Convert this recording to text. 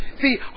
See